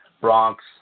Bronx